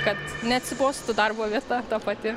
kad neatsibostų darbo vieta ta pati